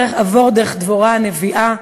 ודרך דבורה הנביאה,